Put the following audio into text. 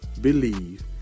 believe